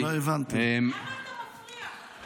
למה אתה מפריע?